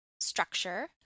structure